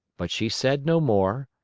but she said no more,